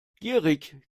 gierig